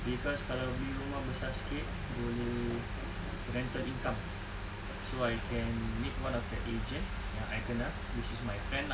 cause kalau beli rumah besar sikit boleh rental income so I can meet one of the agent yang I kenal which is my friend lah